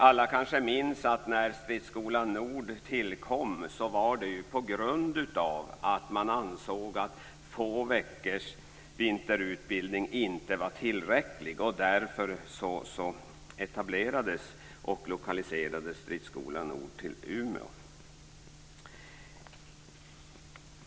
Alla minns kanske att när Stridsskola Nord tillkom, var det på grund av att man ansåg att några få veckors vinterutbildning inte var tillräckligt. Därför etablerades och lokaliserades Stridsskola Nord till Umeå.